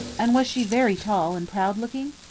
and was she very tall and proud looking?